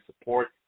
support